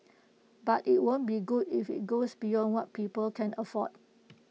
but IT won't be good if IT goes beyond what people can afford